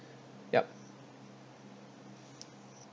yup